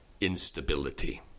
instability